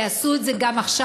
יעשו את זה גם עכשיו.